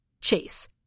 Chase